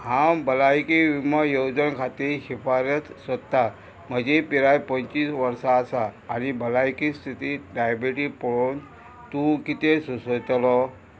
हांव भलायकी विमो येवजणा खातीर शिफारस सोदतां म्हजी पिराय पंचवीस वर्सां आसा आनी भलायकी स्थिती डायबेटीज पळोवन तूं कितें सुचयतलो